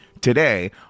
today